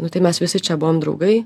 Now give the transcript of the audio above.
nu tai mes visi čia buvom draugai